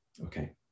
Okay